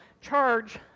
charge